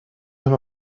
him